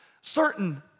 Certain